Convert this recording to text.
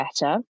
better